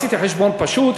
עשיתי חשבון פשוט,